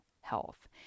health